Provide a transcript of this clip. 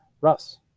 Russ